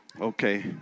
okay